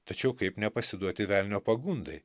tačiau kaip nepasiduoti velnio pagundai